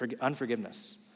unforgiveness